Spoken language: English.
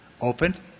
open